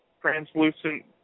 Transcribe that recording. translucent